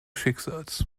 schicksals